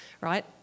right